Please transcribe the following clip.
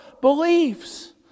beliefs